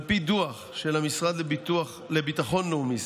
על פי דוח של המשרד לביטחון לאומי,